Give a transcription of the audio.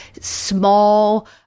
small